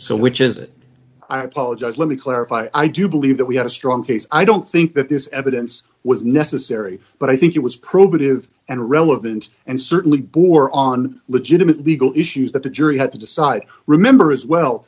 so which is it i apologize let me clarify i do believe that we have a strong case i don't think that this evidence was necessary but i think it was probative and relevant and certainly bore on legitimate legal issues that the jury had to decide remember as well